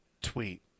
tweet